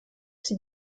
sie